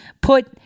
put